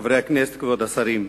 חברי הכנסת, כבוד השרים,